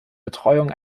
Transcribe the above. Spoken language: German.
betreuung